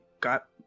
got